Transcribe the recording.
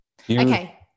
Okay